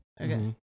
Okay